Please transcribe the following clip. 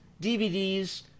DVDs